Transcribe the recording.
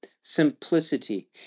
Simplicity